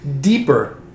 deeper